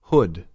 Hood